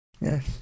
Yes